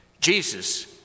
Jesus